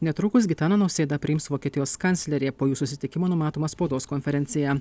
netrukus gitaną nausėdą priims vokietijos kanclerė po jų susitikimo numatoma spaudos konferencija